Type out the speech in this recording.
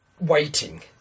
Waiting